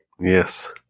Yes